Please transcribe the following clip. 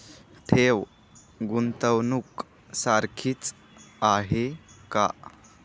ठेव, गुंतवणूक सारखीच आहे का?